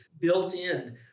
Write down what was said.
built-in